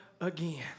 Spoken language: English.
again